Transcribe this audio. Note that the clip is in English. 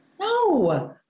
no